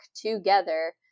together